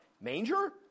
manger